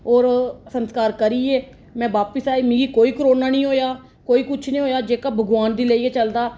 होर ओह् संस्कार करियै में बापिस आई मिगी कोई करोना नी होएआ कोई कुछ नी होएआ जेह्का भगवान गी लेइयै चलदा